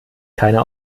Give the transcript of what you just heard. keiner